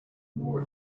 more